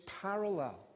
parallel